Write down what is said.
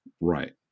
Right